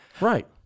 right